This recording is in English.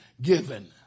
given